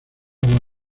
agua